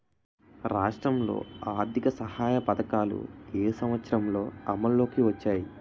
రాష్ట్రంలో ఆర్థిక సహాయ పథకాలు ఏ సంవత్సరంలో అమల్లోకి వచ్చాయి?